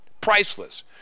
priceless